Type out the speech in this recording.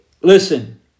Listen